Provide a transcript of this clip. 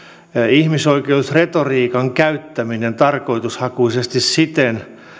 ihmisoikeusretoriikan käyttämisen tarkoitushakuisesti siten